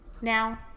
Now